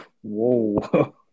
whoa